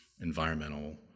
environmental